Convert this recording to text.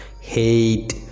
Hate